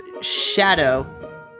shadow